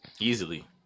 easily